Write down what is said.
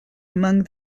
among